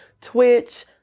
Twitch